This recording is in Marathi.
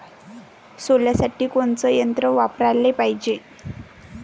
सोल्यासाठी कोनचं यंत्र वापराले पायजे?